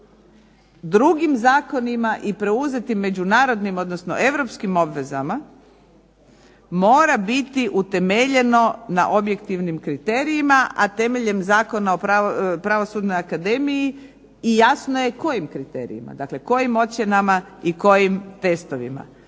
drugim zakonima i preuzetim međunarodnim odnosno europskim obvezama mora biti utemeljeno na objektivnim kriterijima, a temeljem Zakona o pravosudnoj akademiji i jasno je kojim kriterijima, dakle kojim ocjenama i kojim testovima.